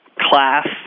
class